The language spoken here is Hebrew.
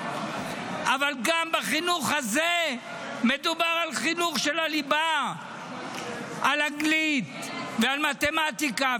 אבל גם בחינוך הזה מדובר על החינוך של הליבה; על אנגלית ועל מתמטיקה.